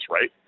right